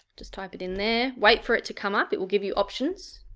just type it in there, wait for it to come up it will give you options,